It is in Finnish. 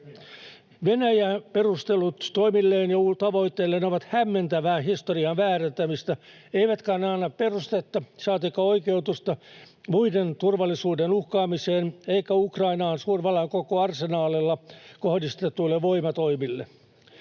Venäjän perustelut toimilleen ja tavoitteilleen ovat hämmentävää historian väärentämistä, eivätkä ne anna perustetta, saatikka oikeutusta, muiden turvallisuuden uhkaamiseen eikä Ukrainaan suurvallan koko arsenaalilla kohdistetuille voimatoimille.